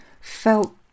felt